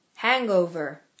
Hangover